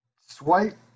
Swipe